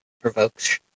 provokes